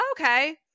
okay